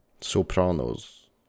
sopranos